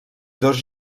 dos